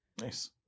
Nice